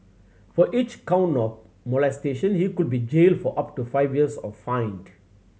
for each count of molestation he could be jailed for up to five years or fined